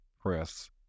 press